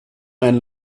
ein